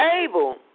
able